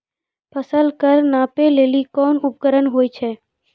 फसल कऽ नापै लेली कोन उपकरण होय छै?